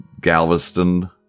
Galveston